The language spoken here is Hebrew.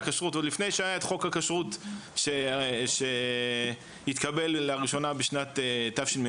כשרות עוד לפני שהיה את חוק הכשרות שהתקבל לראשונה בשנת תשמ"ג,